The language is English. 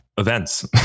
events